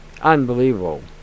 unbelievable